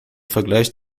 vergleich